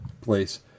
place